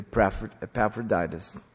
Epaphroditus